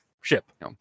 ship